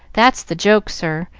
that's the joke, sir,